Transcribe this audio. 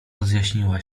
rozjaśniła